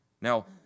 Now